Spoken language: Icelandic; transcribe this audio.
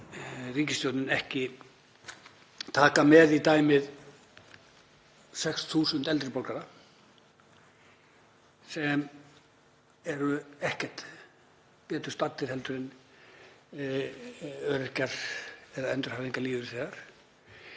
ríkisstjórnin ekki taka með í dæmið 6.000 eldri borgara sem eru ekkert betur staddir en öryrkjar eða endurhæfingarlífeyrisþegar.